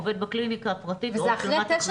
עובד בקליניקה הפרטית להשלמת הכנסה.